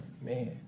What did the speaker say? man